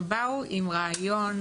שבאו עם רעיון,